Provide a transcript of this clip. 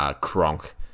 Kronk